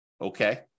Okay